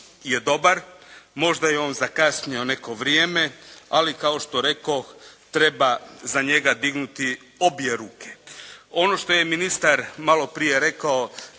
je dobar. Možda je on zakasnio neko vrijeme, ali kao što rekoh treba za njega dignuti obje ruke. Ono što je ministar malo prije rekao